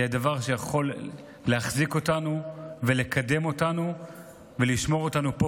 היא הדבר שיכול להחזיק אותנו ולקדם אותנו ולשמור אותנו פה,